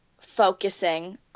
focusing